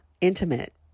intimate